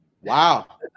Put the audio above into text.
Wow